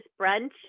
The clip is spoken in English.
brunch